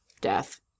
Death